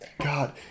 God